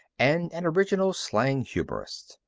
and an original-slang humorist.